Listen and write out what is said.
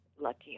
lucky